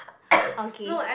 okay